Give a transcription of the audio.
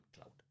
cloud